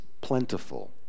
plentiful